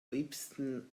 liebsten